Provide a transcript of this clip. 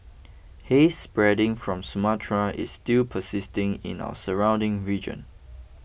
haze spreading from Sumatra is still persisting in our surrounding region